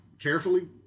Carefully